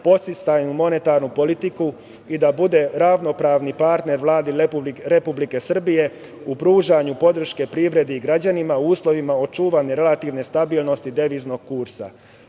podsticajnu monetarnu politiku i da bude ravnopravni partner Vladi Republike Srbije u pružanju podrške privredi i građanima u uslovima očuvane relativne stabilnosti deviznog kursa. Tokom